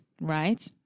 right